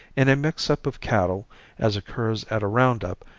in a mix-up of cattle as occurs at a round-up,